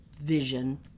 vision